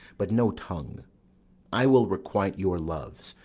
but no tongue i will requite your loves.